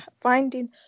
finding